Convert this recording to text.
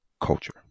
Culture